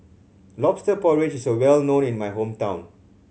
Lobster Porridge is well known in my hometown